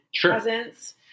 presence